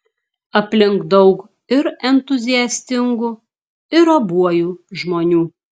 aplink daug ir entuziastingų ir abuojų žmonių